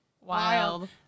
Wild